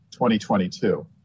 2022